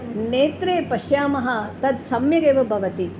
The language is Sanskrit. नेत्रे पश्यामः तद् सम्यगेव भवति